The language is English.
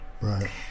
right